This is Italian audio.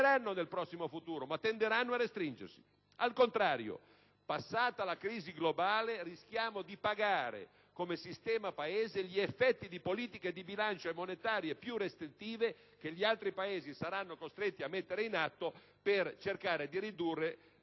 allargheranno nel prossimo futuro, ma tenderanno a restringersi. Al contrario, passata la crisi globale, rischiamo di pagare - come sistema Paese - gli effetti di politiche di bilancio e monetarie più restrittive che gli altri Paesi saranno costretti a mettere in atto per cercare di ridurre le